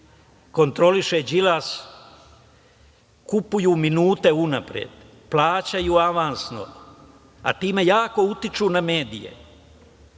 kontroliše Đilas, kupuju minute unapred, plaćaju avansno, a time jako utiču na medije.